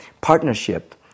partnership